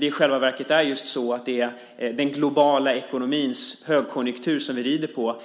I själva verket är det ju den globala ekonomins högkonjunktur vi rider på.